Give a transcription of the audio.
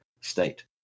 state